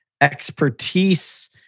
expertise